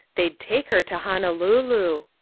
they'd take her to honolulu.